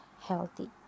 healthy